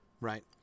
right